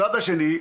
בצד השני,